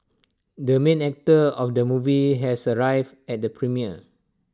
the main actor of the movie has arrived at the premiere